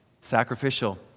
sacrificial